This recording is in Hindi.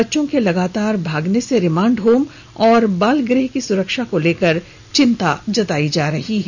बच्चों के लगातार भागने से रिमांड होम और बालगुह की सुरक्षा को लेकर चिन्ता जताई गई है